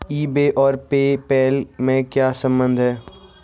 ई बे और PayPal में क्या संबंध है?